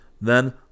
Then